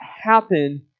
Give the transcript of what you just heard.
happen